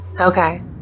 okay